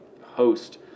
host